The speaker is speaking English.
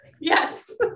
yes